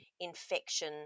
infection